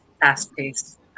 fast-paced